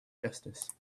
justice